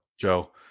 Joe